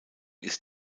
ist